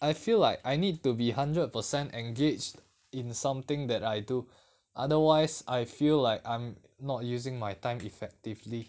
I feel like I need to be hundred percent engaged in something that I do otherwise I feel like I'm not using my time effectively